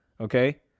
Okay